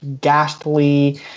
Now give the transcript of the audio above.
ghastly